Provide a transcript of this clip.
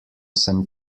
sem